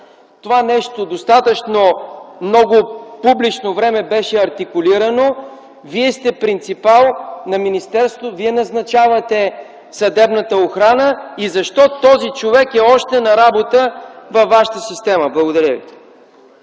Това нещо достатъчно много публично време беше артикулирано. Вие сте принципал на министерството, Вие назначавате съдебната охрана. Защо този човек е още на работа във вашата система? Благодаря ви.